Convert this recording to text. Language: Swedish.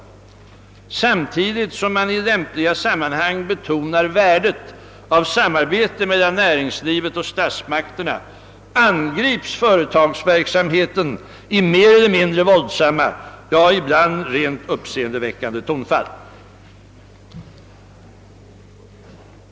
På samma gång som man i lämpliga sammanhang betonar värdet av samarbete mellan näringslivet och statsmakterna angriper man företagsverkssamheten i mer eller mindre våldsamma, ja, ibland rent uppseendeväckande tonfall.